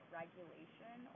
regulation